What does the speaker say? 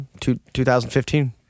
2015